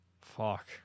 Fuck